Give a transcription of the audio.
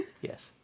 yes